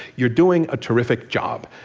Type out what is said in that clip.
you're doing a terrific job.